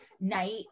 night